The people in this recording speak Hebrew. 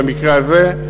במקרה הזה,